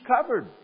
covered